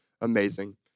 amazing